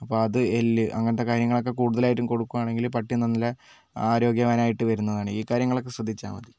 അപ്പോൾ അത് എല്ല് അങ്ങനത്തെ കാര്യങ്ങളൊക്കെ കൂടുതലായിട്ടും കൊടുക്കുവാണെങ്കിൽ പട്ടി നല്ല ആരോഗ്യവാനായിട്ട് വരുന്നതാണ് ഈ കാര്യങ്ങളൊക്കെ ശ്രദ്ധിച്ചാൽ മതി